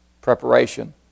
preparation